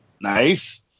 nice